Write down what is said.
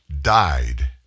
died